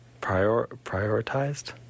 prioritized